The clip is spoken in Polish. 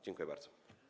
Dziękuję bardzo.